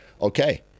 okay